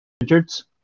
Richards